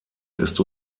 ist